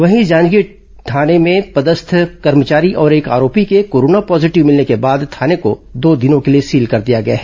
वहीं जांजगीर थाने में पदस्थ कर्मचारी और एक आरोपी के कोरोना पॉजिटिव मिलने के बाद थाने को दो दिनों के लिए सील कर दिया गया है